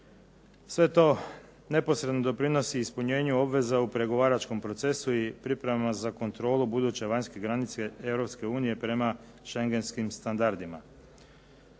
Sve to neposredno doprinosi ispunjenju obveza u pregovaračkom procesu i pripremama za kontrolu buduće vanjske granice EU prema Schengenskim standardima.